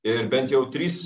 ir bent jau trys